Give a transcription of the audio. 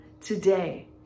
today